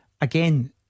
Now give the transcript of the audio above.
again